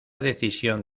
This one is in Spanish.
decisión